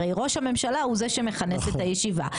הרי ראש הממשלה הוא זה שמכנס את הישיבה,